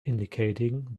indicating